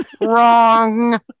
wrong